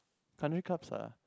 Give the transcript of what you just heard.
country clubs are